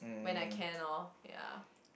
when I can orh ya